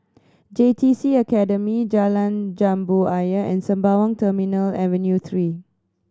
J T C Academy Jalan Jambu Ayer and Sembawang Terminal Avenue Three